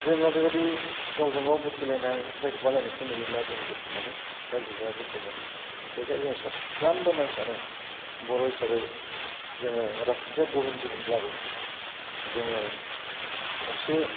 जोङो बेबायदि गावजों गाव बखिलायनाय रायखोमालायनायखौ नुयोबा जों दुखु मोनो रायजो राजाया दुखु मोनो बेखायनो जों साफ्रामबो मानसियानो बर' हिसाबै जोङो राजनिथिया गुबुन गुबुनब्लाबो जोङो खौसे